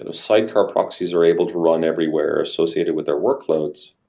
ah sidecar proxies are able to run everywhere associated with their workloads,